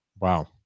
Wow